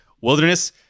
wilderness